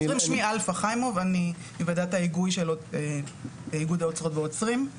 שמי אלפא חיימוב מוועדת האיגוד האוצרות והאוצרים.